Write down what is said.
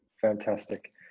Fantastic